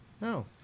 No